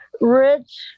Rich